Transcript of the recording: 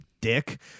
dick